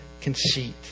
conceit